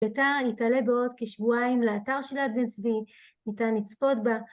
הקלטה, היא תעלה בעוד שבועיים לאתר של יד בן צבי, ניתן לצפות בה